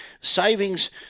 savings